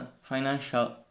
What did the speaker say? financial